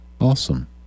Awesome